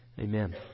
Amen